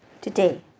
today